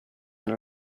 alla